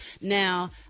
Now